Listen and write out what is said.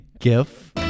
gif